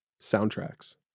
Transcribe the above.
Soundtracks